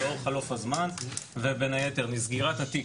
שלאור חלוף הזמן ובין היתר מסגירת התיק,